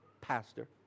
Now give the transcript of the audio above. pastor